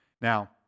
Now